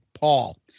Paul